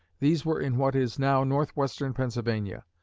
these were in what is now northwestern pennsylvania.